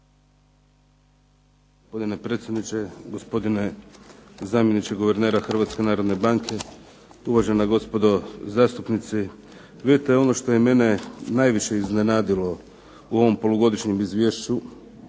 ono što je mene najviše iznenadilo u ovom polugodišnjem Izvješću